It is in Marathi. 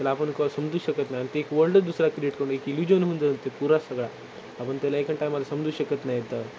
त्याला आपण क समजू शकत नाही अन ते एक वर्ल्डच दुसरा क्रिएट करून एक इलुजन पुरा सगळा आपण त्याला एखाद्या टाईमाला समजू शकत नाहीत